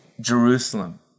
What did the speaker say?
Jerusalem